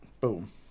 Boom